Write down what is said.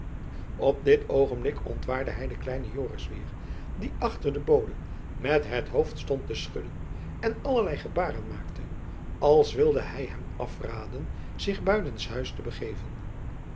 op dit oogenblik ontwaarde hy den kleinen joris jacob van lennep elizabeth musch weêr die achter den bode met het hoofd stond te schudden en allerlei gebaren maakte als wilde hy hem afraden zich buiten s huis te begeven